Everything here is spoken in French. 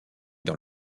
dans